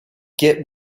get